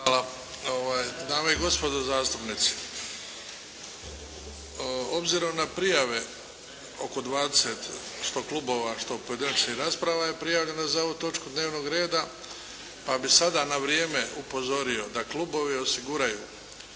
Hvala. Dame i gospodo zastupnici, obzirom na prijave oko 20 što klubova, što pojedinačnih rasprava je prijavljeno za ovu točku dnevnog reda, pa bih sada na vrijeme upozorio da klubovi osiguraju